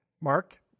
Mark